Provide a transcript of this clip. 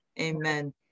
amen